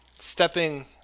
Stepping